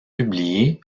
publiées